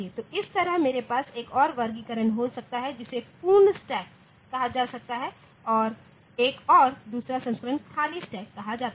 तो इस तरह मेरे पास एक और वर्गीकरण हो सकता है जिसे पूर्ण स्टैक कहा जाता है और एक और दुसरा संस्करण खाली स्टैक कहा जाता है